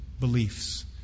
beliefs